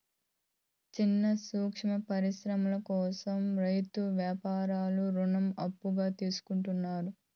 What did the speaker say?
సిన్న సూక్ష్మ పరిశ్రమల కోసం రైతులు యాపారత్తులు రుణం అప్పుగా తీసుకుంటారు